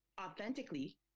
authentically